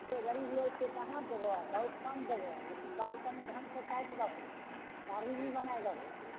गरीब लोग छियै कहाँ से देबौ बहुत कम देबौ लेकिन बाल तनी ढङ्ग से काटि दहो आ दाढ़ी भी बनाए दहो